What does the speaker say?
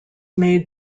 made